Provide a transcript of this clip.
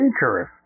Dangerous